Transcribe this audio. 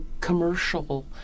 commercial